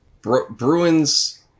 Bruins